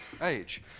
age